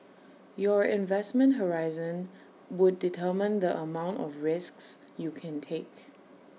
your investment horizon would determine the amount of risks you can take